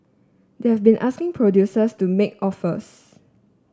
they've been asking producers to make offers